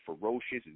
ferocious